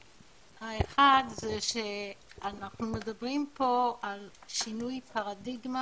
האחד זה שאנחנו מדברים פה על שינוי פרדיגמה